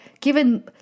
Given